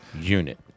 unit